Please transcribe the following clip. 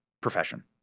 profession